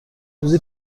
روزی